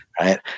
Right